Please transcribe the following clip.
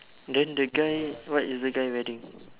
then the guy what is the guy wearing